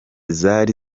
zari